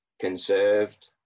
conserved